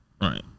Right